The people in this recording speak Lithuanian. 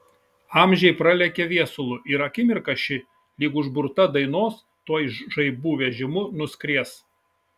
amžiai pralekia viesulu ir akimirka ši lyg užburta dainos tuoj žaibų vežimu nuskries